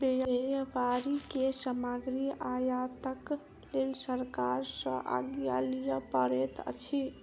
व्यापारी के सामग्री आयातक लेल सरकार सॅ आज्ञा लिअ पड़ैत अछि